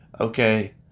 okay